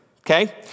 okay